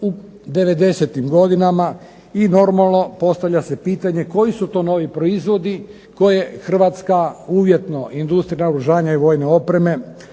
u 90-tim godinama i normalno postavlja se pitanje koji to novi proizvodi koje Hrvatska, uvjetno industrija naoružanja i vojne opreme